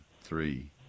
three